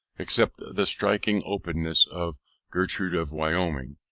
except the striking opening of gertrude of wyoming,